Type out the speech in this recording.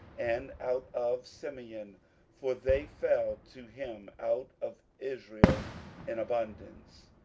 and out of simeon for they fell to him out of israel in abundance,